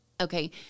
okay